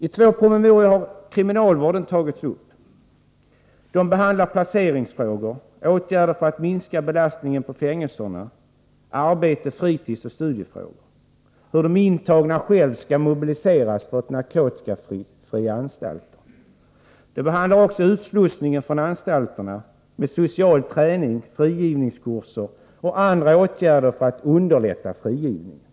I två promemorior har kriminalvården tagits upp. De behandlar placeringsfrågor, åtgärder för att minska belastningen på fängelserna, arbets-, fritidsoch studiefrågor, frågan om hur de intagna själva skall mobiliseras för narkotikafria anstalter. De behandlar också utslussningen från anstalterna med social träning, frigivningskurser och andra åtgärder för att underlätta frigivningen.